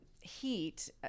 heat